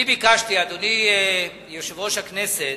אדוני יושב-ראש הכנסת,